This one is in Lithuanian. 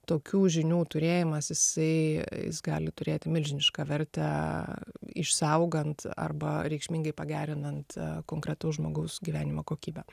tokių žinių turėjimas jisai jis gali turėti milžinišką vertę išsaugant arba reikšmingai pagerinant konkretaus žmogaus gyvenimo kokybę